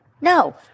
No